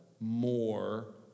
more